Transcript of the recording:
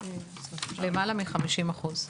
למעלה מ-50%.